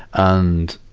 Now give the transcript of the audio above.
and,